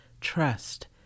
Trust